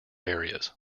areas